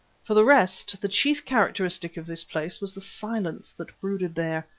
for the rest, the chief characteristic of this place was the silence that brooded there.